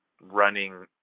running